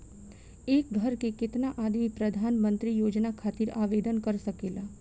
एक घर के केतना आदमी प्रधानमंत्री योजना खातिर आवेदन कर सकेला?